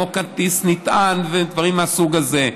כמו כרטיס נטען ודברים מהסוג הזה.